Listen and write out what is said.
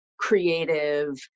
Creative